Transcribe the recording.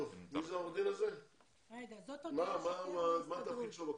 מה התפקיד שלו בכוח?